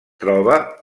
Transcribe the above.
troba